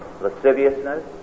lasciviousness